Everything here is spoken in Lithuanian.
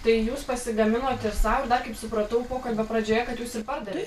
tai jūs pasigaminot ir sau ir dar kaip supratau pokalbio pradžioje kad jūs ir pardavėt